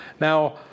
Now